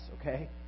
okay